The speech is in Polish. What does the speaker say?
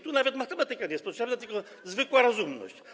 Tu nawet matematyka nie jest potrzebna, tylko zwykła rozumność.